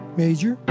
major